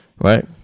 Right